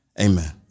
Amen